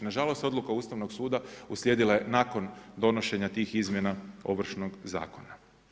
Nažalost, Odluka Ustavnog suda uslijedila je nakon donošenja tih izmjena Ovršnog zakona.